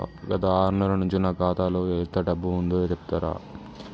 గత ఆరు నెలల నుంచి నా ఖాతా లో ఎంత డబ్బు ఉందో చెప్తరా?